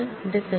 ||s